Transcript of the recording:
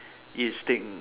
it stink